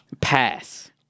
pass